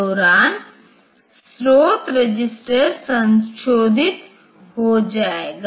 तो EQADD में जो EQ हिस्सा है यह बताएगा कि जोड़ने की क्रिया तभी होगा जब जीरो फ्लैग सेट हो